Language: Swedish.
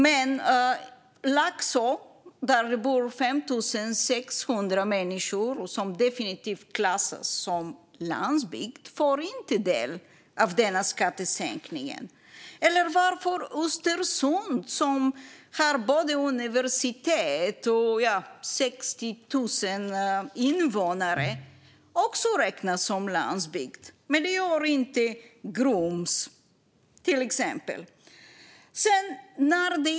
Men Laxå, där det bor 5 600 människor och som definitivt klassas som landsbygd, får inte del av denna skattesänkning. Varför räknas Östersund, som har både universitet och 60 000 invånare, också som landsbygd? Men det gör inte till exempel Grums.